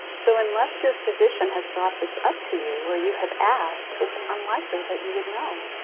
so unless your physician has brought this up to you or you have asked, it's unlikely that you would know.